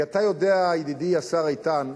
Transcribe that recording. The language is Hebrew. כי אתה יודע, ידידי השר איתן,